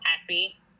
happy